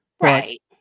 right